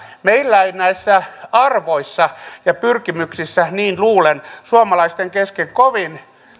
meillä ei näissä arvoissa ja pyrkimyksissä niin luulen suomalaisten kesken kovin